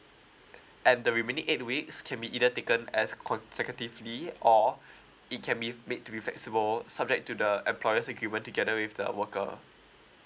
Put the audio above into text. and the remaining eight weeks can be either taken as conservatively or it can be made to be flexible subject to the employers argument together with the worker